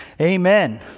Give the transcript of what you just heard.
Amen